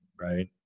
right